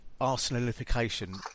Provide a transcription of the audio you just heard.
arsenalification